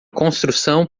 construção